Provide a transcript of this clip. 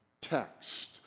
text